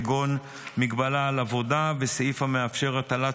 כגון מגבלה על עבודה וסעיף המאפשר הטלת